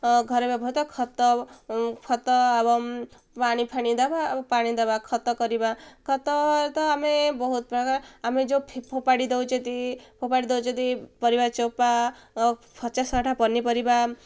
ଘରେ ବ୍ୟବହହୃତ ଖତ ଖତ ଏବଂ ପାଣି ଫାଣି ଦବା ପାଣି ଦବା ଖତ କରିବା ଖତ ତ ଆମେ ବହୁତ ପ୍ରକାର ଆମେ ଯେଉଁ ଫୋପାଡ଼ି ଦଉଛନ୍ତି ଫୋପାଡ଼ି ଦଉଛନ୍ତି ପରିବା ଚୋପା ଫଚା ସଢ଼ା ପନିପରିବା